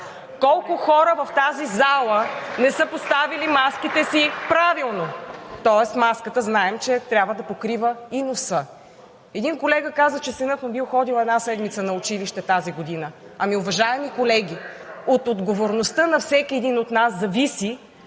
Колко хора в тази зала не са поставили маските си правилно? Тоест маската знаем, че трябва да покрива и носа. Един колега каза, че синът му бил ходил една седмица на училище тази година. Уважаеми колеги, от отговорността на всеки един от нас зависи